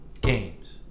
games